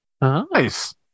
Nice